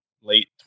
late